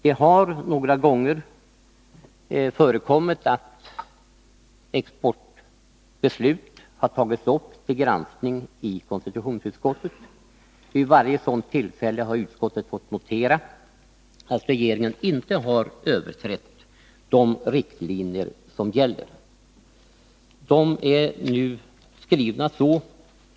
Det har några gånger förekommit att exportbeslut har tagits upp till granskning i konstitutionsutskottet. Vid varje sådant tillfälle har utskottet fått notera att regeringen inte har överträtt de riktlinjer som gäller.